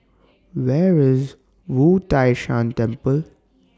Where IS Wu Tai Shan Temple